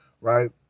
right